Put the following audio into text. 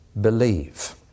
believe